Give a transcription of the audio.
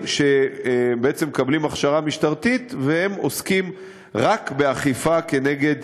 שמקבלים הכשרה משטרתית והם עוסקים רק באכיפה נגד